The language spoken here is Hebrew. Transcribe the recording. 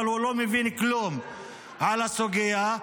אבל הוא לא מבין כלום על הסוגיה,